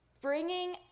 bringing